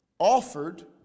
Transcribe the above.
offered